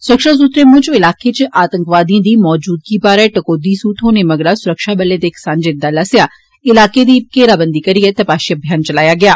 सुरक्षा सूत्रें मुजब इलाके च आतंकवादिएं दी मौजूदगी बारै टकोहदी सूह थ्होने मगरा सुरक्षाबलें दे इक सांझे दल आस्सेआ इलाके दी घेराबंदी करिए तपाषी अभियान चलाया गेआ